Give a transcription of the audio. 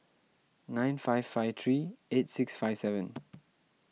nine five five three eight six five seven